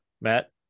Matt